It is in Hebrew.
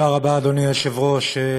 תודה רבה, אדוני היושב-ראש.